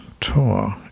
tour